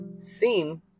seem